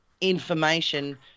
information